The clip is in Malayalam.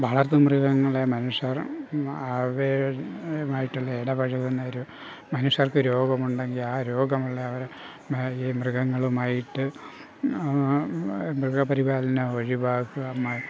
വളർത്തുമൃഗങ്ങളെ മനുഷ്യർ അവയുമായിട്ടുള്ള ഇടപഴകുന്നയൊരു മനുഷ്യർക്ക് രോഗമുണ്ടെങ്കിൽ ആ രോഗമുള്ളവർ മാ ഈ മൃഗങ്ങളുമായിട്ട് മൃഗ പരിപാലനം ഒഴിവാക്കുക മാ